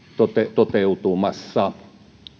toteutumassa